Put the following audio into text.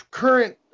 current